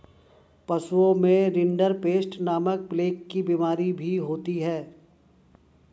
पशुओं में रिंडरपेस्ट नामक प्लेग की बिमारी भी होती है